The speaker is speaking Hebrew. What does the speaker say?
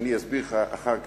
אני אסביר לך אחר כך,